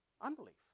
Unbelief